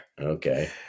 Okay